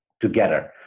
together